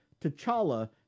T'Challa